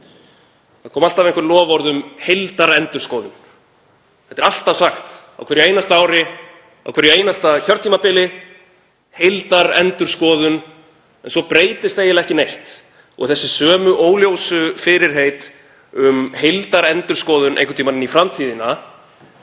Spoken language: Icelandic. Það koma alltaf einhver loforð um heildarendurskoðun. Þetta er sagt á hverju einasta ári, á hverju einasta kjörtímabili, heildarendurskoðun. En svo breytist eiginlega ekki neitt og þessi sömu óljósu fyrirheit, um heildarendurskoðun einhvern tímann inn í framtíðina,